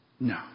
No